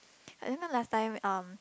like you know last time um